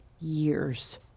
years